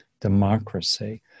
democracy